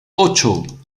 ocho